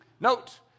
Note